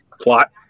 plot